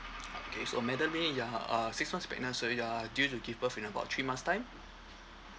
okay so madam lee you are uh six months pregnant so you are due to give birth in about three months time